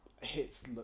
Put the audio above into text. hits